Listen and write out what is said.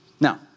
Now